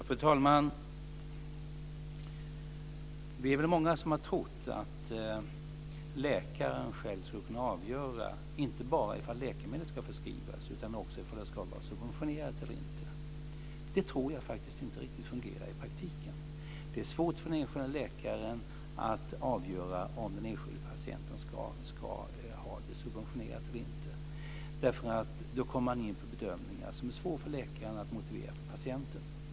Fru talman! Vi är väl många som har trott att läkaren själv skulle kunna avgöra inte bara ifall läkemedlet ska förskrivas utan också ifall det ska vara subventionerat eller inte. Det tror jag faktiskt inte riktigt fungerar i praktiken. Det är svårt för den enskilda läkaren att avgöra om den enskilda patienten ska ha det subventionerat eller inte därför att då kommer man in på bedömningar som är svåra för läkaren att motivera för patienten.